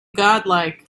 godlike